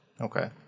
Okay